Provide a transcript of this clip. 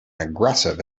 aggressive